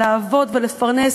לעבוד ולפרנס,